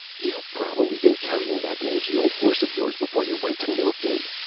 you probably been currying that mangey old horse of yours before you went to milking,